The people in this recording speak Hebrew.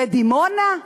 בדימונה,